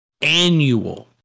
annual